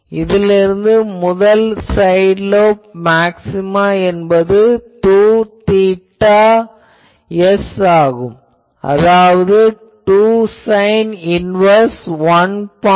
இதிலிருந்து முதல் side lobe maxima என்பது 2θs ஆகும் அதாவது 2 சைன் இன்வேர்ஸ் 1